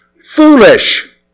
Foolish